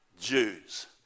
Jews